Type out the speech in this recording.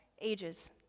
ages